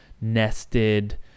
nested